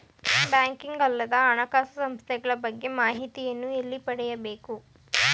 Banking ಅಲ್ಲದ ಹಣಕಾಸು ಸಂಸ್ಥೆಗಳ ಬಗ್ಗೆ ಮಾಹಿತಿಯನ್ನು ಎಲ್ಲಿ ಪಡೆಯಬೇಕು?